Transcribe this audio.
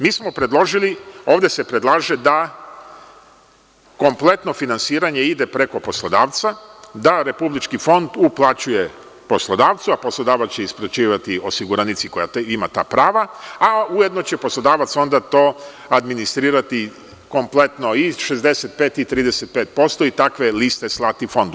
Mi smo ovde predložili da kompletno finansiranje ide preko poslodavca, da Republički fond uplaćuje poslodavcu a poslodavac će isplaćivati osiguranici koja ima ta prava, a ujedno će poslodavac onda to administrirati kompletno, i 65% i 35% i takve liste slati Fondu.